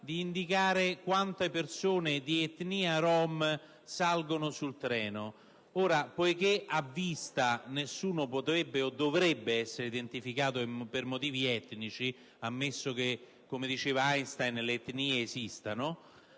di indicare quante persone di etnia rom salgono sul treno. Poiché a vista nessuno potrebbe o dovrebbe essere identificato per motivi etnici, ammesso che - come diceva Einstein - le etnie esistano,